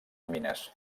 mines